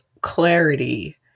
clarity